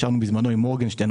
ישבנו בזמנו עם מורגנשטרן,